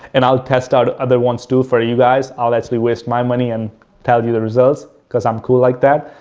and i'll test out other ones do for you guys. i'll actually waste my money and tell you the results because i'm cool like that.